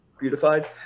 beautified